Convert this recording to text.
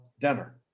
dinner